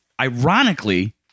ironically